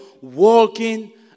walking